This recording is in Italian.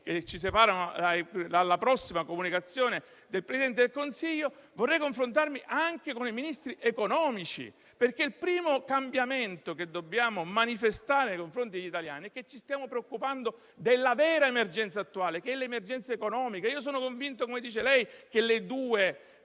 che ci separano dalle prossime comunicazioni del Presidente del Consiglio, anche con i Ministri economici, perché il primo cambiamento che dobbiamo manifestare nei confronti degli italiani è che ci stiamo preoccupando della vera emergenza attuale, che è quella economica. Sono convinto, come dice lei, che le due